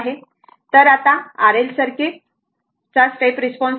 तर आता R L circuit चा स्टेप रिस्पॉन्स आहे